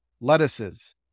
lettuces